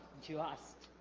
you asked